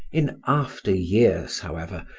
in after years, however,